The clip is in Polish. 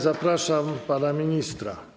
Zapraszam pana ministra.